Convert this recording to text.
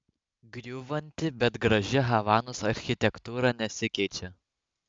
griūvanti bet graži havanos architektūra nesikeičia